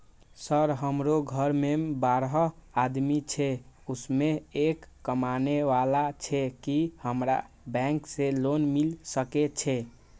Sir हमरो घर में बारह आदमी छे उसमें एक कमाने वाला छे की हमरा बैंक से लोन मिल सके छे?